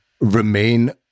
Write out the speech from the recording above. remain